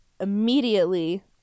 immediately